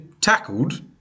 tackled